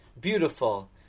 beautiful